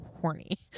horny